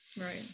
Right